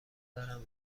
دارم